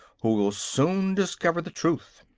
who will soon discover the truth.